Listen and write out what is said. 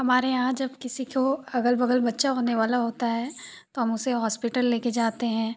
हमारे यहाँ जब किसी को अगल बगल बच्चा होने वाला होता है तो हम उसे हॉस्पिटल ले कर जाते हैं